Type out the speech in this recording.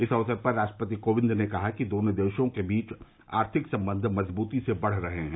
इस अवसर पर राष्ट्रपति कोविंद ने कहा कि दोनों देशों के बीच आर्थिक संबंध मजबूती से बढ़ रहे हैं